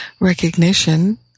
recognition